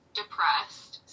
depressed